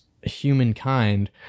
humankind